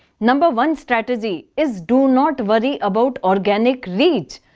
number one strategy is do not worry about organic reach.